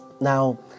now